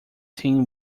tin